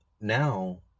now